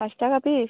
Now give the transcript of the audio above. পাঁচ টাকা পিস